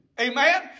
Amen